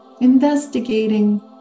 Investigating